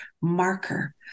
marker